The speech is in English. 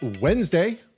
Wednesday